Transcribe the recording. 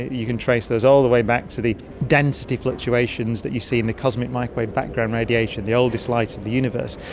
you can trace those all the way back to the density fluctuations that you see in the cosmic microwave background radiation, the oldest light in the universe.